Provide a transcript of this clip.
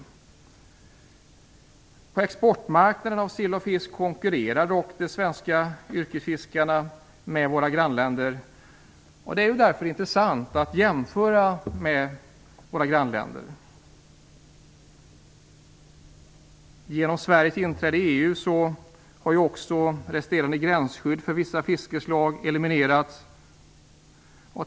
På exportmarknaden för sill och annan fisk konkurrerar dock de svenska yrkesfiskarna med våra grannländers fiskare. Det är därför intressant att jämföra med grannländerna. Genom Sveriges inträde i EU har också resterande gränsskydd för vissa fiskeslag eliminerats.